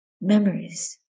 memories